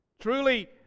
Truly